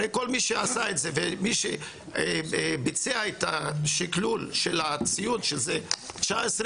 הרי כל מי שעשה את זה ומי שביצע את השקלול של הציון שזה 19%,